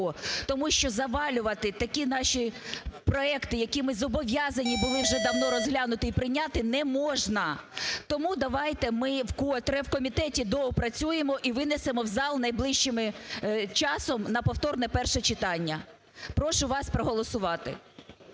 Тому що завалювати такі наші проекти, які ми зобов'язані були вже давно розглянути і прийняти, не можна. Тому давайте ми вкотре в комітеті доопрацюємо і винесемо в зал найближчим часом на повторне перше читання. Прошу вас проголосувати.